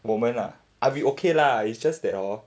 我们 ah I'll be okay lah it's just that orh